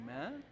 Amen